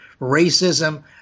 racism